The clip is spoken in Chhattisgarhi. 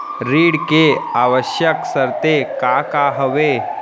ऋण के आवश्यक शर्तें का का हवे?